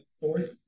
fourth